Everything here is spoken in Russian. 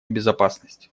безопасность